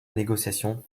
négociation